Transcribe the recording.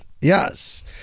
Yes